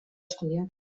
estudiat